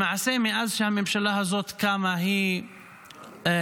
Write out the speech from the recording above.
למעשה, מאז שהממשלה הזאת קמה, היא שיתקה